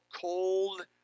Cold